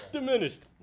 Diminished